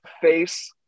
face